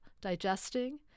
digesting